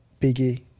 Biggie